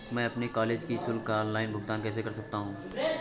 मैं अपने कॉलेज की शुल्क का ऑनलाइन भुगतान कैसे कर सकता हूँ?